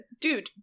dude